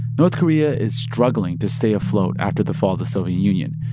north korea is struggling to stay afloat after the fall of the soviet union.